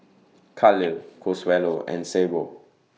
Khalil Consuelo and Sable